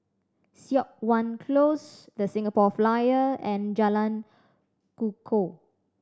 Siok Wan Close The Singapore Flyer and Jalan Kukoh